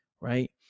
Right